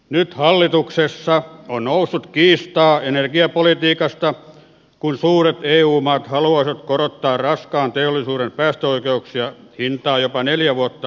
nyt hallituksessa on noussut kiistaa energiapolitiikasta kun suuret eu maat haluaisivat korottaa raskaan teollisuuden päästöoikeuksien hintaa jopa neljä vuotta aiottua aikaisemmin